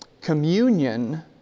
Communion